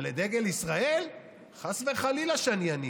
אבל את דגל ישראל חס וחלילה שאני אניף.